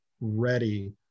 ready